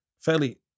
fairly